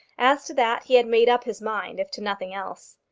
as to that he had made up his mind, if to nothing else.